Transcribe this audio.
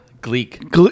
Gleek